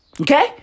Okay